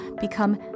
become